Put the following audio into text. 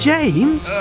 James